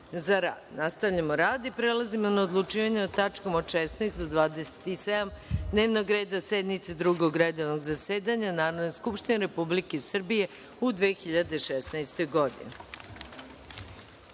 rada. Nastavljamo rad i prelazimo na odlučivanje o tačkama od 16. do 27. dnevnog reda sednice Drugog redovnog zasedanja Narodne skupštine Republike Srbije u 2016. godini. Tačka